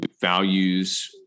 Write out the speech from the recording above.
values